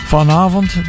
Vanavond